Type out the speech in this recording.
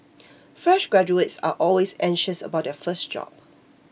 fresh graduates are always anxious about their first job